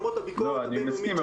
לא, אני מסכים.